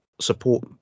support